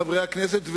חברי הכנסת,